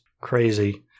crazy